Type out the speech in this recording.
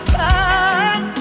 time